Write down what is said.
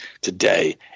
today